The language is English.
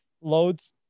loads